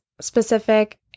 specific